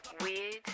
Weird